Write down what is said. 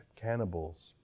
cannibals